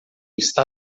está